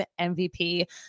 MVP